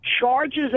charges